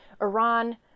Iran